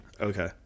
Okay